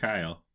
Kyle